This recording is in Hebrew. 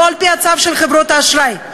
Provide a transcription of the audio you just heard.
ולא על-פי הצו של חברות האשראי.